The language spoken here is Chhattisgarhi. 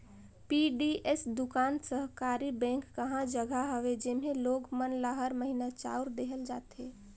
पीडीएस दुकान सहकारी बेंक कहा जघा हवे जेम्हे लोग मन ल हर महिना चाँउर देहल जाथे